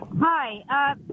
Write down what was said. Hi